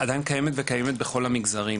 עדיין קיימת וקיימת בכל המגזרים.